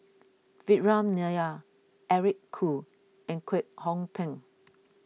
Vikram Nair Eric Khoo and Kwek Hong Png